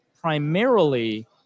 primarily